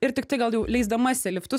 ir tiktai gal jau leisdamasi liftu